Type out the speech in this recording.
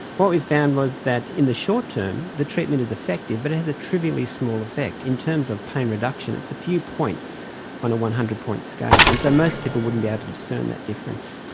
what we found was that in the short term the treatment is effective but it has a trivially small effect. in terms of pain reduction it's a few points on a one hundred point scale, and so most people wouldn't be able to discern that difference.